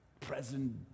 present